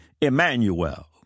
Emmanuel